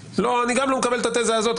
אני גם לא מקבל את התזה הזאת,